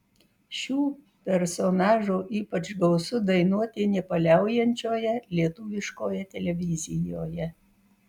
šių personažų ypač gausu dainuoti nepaliaujančioje lietuviškoje televizijoje